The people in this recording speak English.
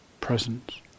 presence